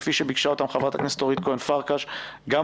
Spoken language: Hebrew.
כפי שביקשה אותם חברת הכנסת אורית פרקש הכהן,